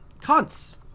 cunts